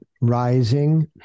rising